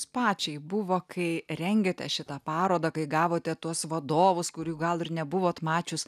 pačiai buvo kai rengėte šitą parodą kai gavote tuos vadovus kurių gal ir nebuvot mačius